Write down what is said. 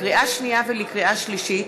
לקריאה שנייה ולקריאה שלישית: